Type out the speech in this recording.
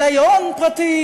אילי הון פרטיים,